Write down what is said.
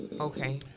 Okay